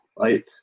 right